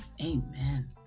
Amen